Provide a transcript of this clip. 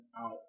out